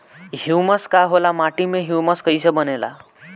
Humus का होला माटी मे ह्यूमस कइसे बनेला?